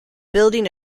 building